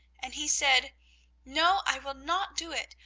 and he said no, i will not do it!